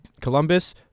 Columbus